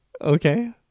Okay